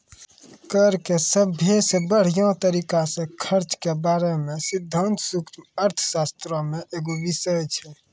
कर के सभ्भे से बढ़िया तरिका से खर्च के बारे मे सिद्धांत सूक्ष्म अर्थशास्त्रो मे एगो बिषय छै